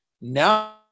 Now